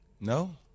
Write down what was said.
No